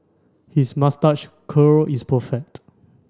his moustache curl is perfect